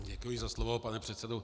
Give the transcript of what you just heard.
Děkuji za slovo, pane předsedo.